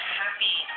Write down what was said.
happy